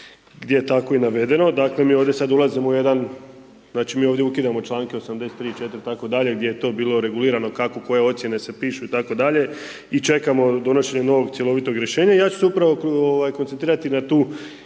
gdje je tako i navedeno, dakle mi ovdje sad ulazimo u jedan, znači mi ovdje ukidamo članke od 83 4 itd., gdje je to bilo regulirano kako koje ocijene se pišu itd., i čekamo donošenje novog cjelovitog rješenja i ja ću se upravo ovaj koncentrirati na tu,